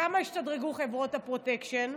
כמה השתדרגו חברות הפרוטקשן,